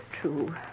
true